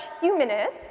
humanist